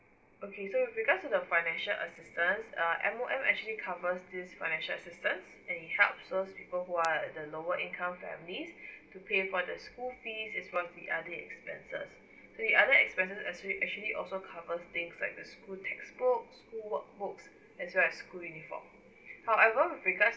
okay so with regards to the financial assistance uh M_O_M actually covers this financial assistance and it helps those people who are in the lower income families to pay for the school fees as well as the other expenses so the other expenses actually also covers things like the school textbooks school workbooks as well as school uniform however with regards